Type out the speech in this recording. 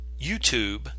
youtube